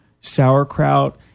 sauerkraut